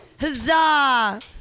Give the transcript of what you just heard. Huzzah